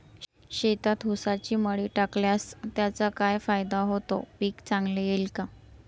शेतात ऊसाची मळी टाकल्यास त्याचा काय फायदा होतो, पीक चांगले येईल का?